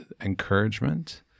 encouragement